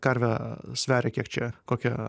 karvė sveria kiek čia kokią